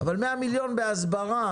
אבל 100 מיליון בהסברה